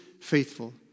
faithful